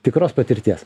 tikros patirties